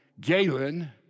Galen